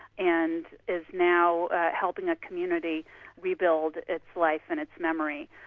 and is now helping a community rebuild its life and its memory.